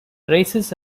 races